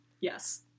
Yes